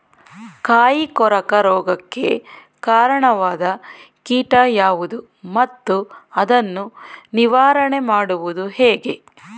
ಕಾಯಿ ಕೊರಕ ರೋಗಕ್ಕೆ ಕಾರಣವಾದ ಕೀಟ ಯಾವುದು ಮತ್ತು ಅದನ್ನು ನಿವಾರಣೆ ಮಾಡುವುದು ಹೇಗೆ?